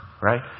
right